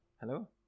Hello